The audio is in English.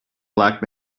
black